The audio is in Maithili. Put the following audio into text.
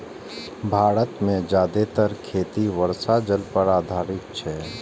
भारत मे जादेतर खेती वर्षा जल पर आधारित छै